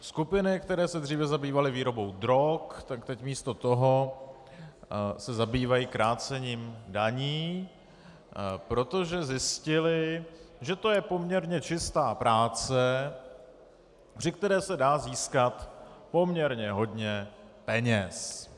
Skupiny, které se dříve zabývaly výrobou drog, se teď místo toho zabývají krácením daní, protože zjistily, že to je poměrně čistá práce, při které se dá získat poměrně hodně peněz.